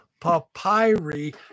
papyri